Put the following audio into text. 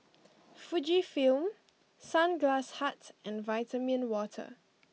Fujifilm Sunglass Hut and Vitamin Water